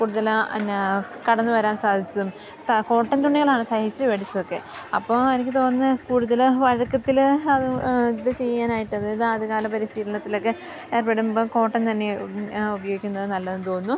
കൂടുതല് എന്താണ് കടന്നുവരാൻ സാധിച്ചതും കോട്ടൻ തുണികളിലാണ് തയ്ച്ച് പഠിച്ചതുമൊക്കെ അപ്പോള് എനിക്ക് തോന്നുന്നു കൂടുതല് വഴക്കത്തില് അത് ഇത് ചെയ്യാനായിട്ട് അതായത് ആദ്യകാല പരിശീലനത്തിലൊക്കെ ഏർപ്പെടുമ്പോള് കോട്ടൻ തന്നെയാണ് ഉപയോയിക്കുന്നത് നല്ലതെന്ന് തോന്നുന്നു